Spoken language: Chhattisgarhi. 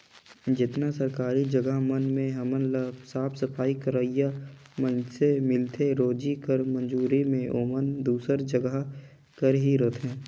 जेतना सरकारी जगहा मन में हमन ल साफ सफई करोइया मइनसे मिलथें रोजी कर मंजूरी में ओमन दूसर जगहा कर ही रहथें